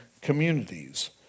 communities